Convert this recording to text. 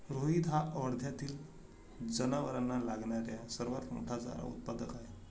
रोहित हा वर्ध्यातील जनावरांना लागणारा सर्वात मोठा चारा उत्पादक आहे